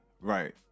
right